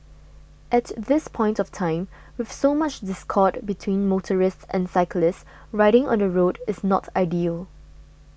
at this point of time with so much discord between motorists and cyclists riding on the road is not ideal